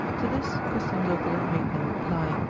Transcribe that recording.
to this kostanzhoglo made no reply,